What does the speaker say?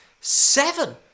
seven